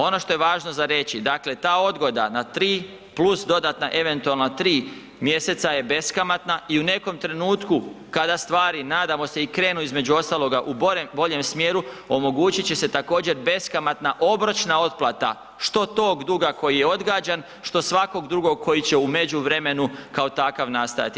Ono što je važno za reći, dakle ta odgoda na 3 + dodatna eventualna 3 mjeseca je beskamatna i u nekom trenutku kada stvari, nadamo se, i krenu između ostaloga u boljem smjeru, omogućit će se također beskamatna obročna otplata što tog duga koji je odgađan, što svakog drugog koji će u međuvremenu kao takav nastajati.